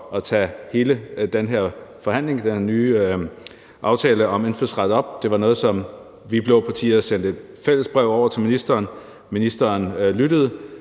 at tage hele den her forhandling, den her nye aftale om indfødsret op. Det var noget, som vi blå partier sendte et fælles brev over til ministeren om, ministeren lyttede,